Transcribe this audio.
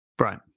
Right